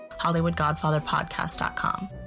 HollywoodGodfatherpodcast.com